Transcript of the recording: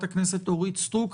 ואחריו חברת הכנסת אורית סטרוק.